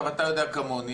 אתה יודע כמוני,